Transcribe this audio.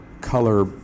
color